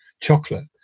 chocolate